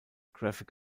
graphic